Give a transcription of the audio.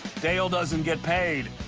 dale doesn't get paid.